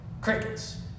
Crickets